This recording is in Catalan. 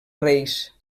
reis